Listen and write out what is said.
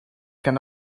can